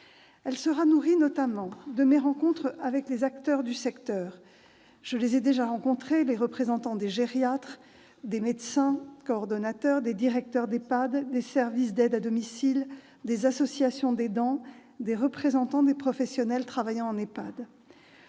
Elle sera nourrie, notamment, de mes rencontres avec des acteurs du secteur, qu'il s'agisse des représentants des gériatres, des médecins coordonnateurs, des directeurs d'EHPAD, des services d'aide à domicile, des associations d'aidants ou des représentants des professionnels travaillant en EHPAD.